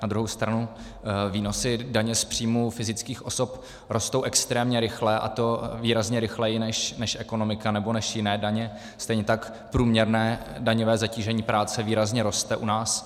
Na druhou stranu výnosy daně z příjmů fyzických osob rostou extrémně rychle, a to výrazně rychleji než ekonomika nebo než jiné daně, stejně tak průměrné daňové zatížení práce výrazně roste u nás.